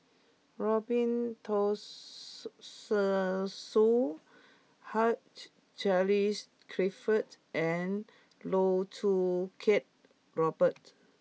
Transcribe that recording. Robin Tessensohn Hugh Charles Clifford and Loh Choo Kiat Robert